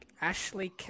Ashley